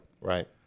right